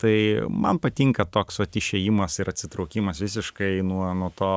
tai man patinka toks vat išėjimas ir atsitraukimas visiškai nuo nuo to